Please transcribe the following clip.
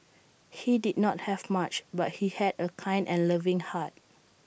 he did not have much but he had A kind and loving heart